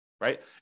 right